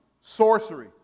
sorcery